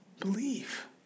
believe